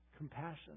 compassion